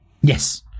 Yes